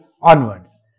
onwards